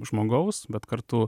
žmogaus bet kartu